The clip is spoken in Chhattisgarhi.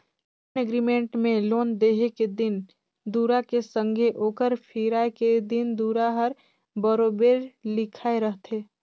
लोन एग्रीमेंट में लोन देहे के दिन दुरा के संघे ओकर फिराए के दिन दुरा हर बरोबेर लिखाए रहथे